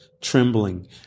trembling